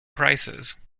prices